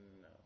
no